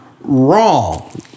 wrong